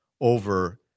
over